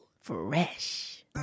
Fresh